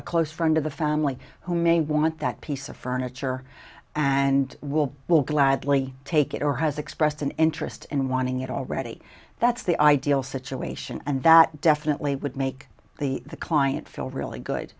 a close friend of the family who may want that piece of furniture and will will gladly take it or has expressed an interest in wanting it already that's the ideal situation and that definitely would make the client feel really good